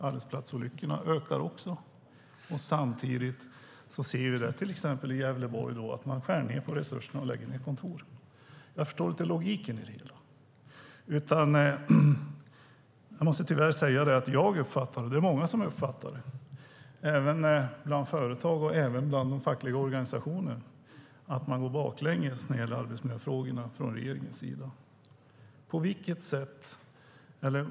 Arbetsplatsolyckorna ökar dessutom. Samtidigt ser vi till exempel i Gävleborg att man skär ned på resurserna och lägger ned kontor. Jag förstår inte logiken i det, utan jag måste tyvärr säga att jag - och många andra, även bland företag och fackliga organisationer - uppfattar att regeringen går baklänges i arbetsmiljöfrågorna.